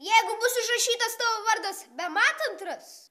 jeigu bus užrašytas tavo vardas bematant ras